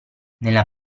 nella